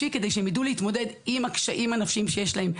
ימין הפרעה פסיכיאטרית,